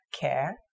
care